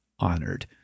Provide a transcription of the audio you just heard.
honored